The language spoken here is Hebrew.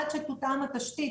עד שתותאם התשתית,